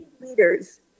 leaders